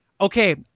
Okay